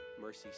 mercy